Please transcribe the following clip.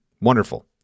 Wonderful